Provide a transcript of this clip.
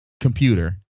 computer